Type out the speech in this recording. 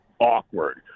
awkward